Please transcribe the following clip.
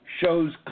shows